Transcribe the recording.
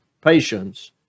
patience